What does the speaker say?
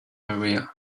area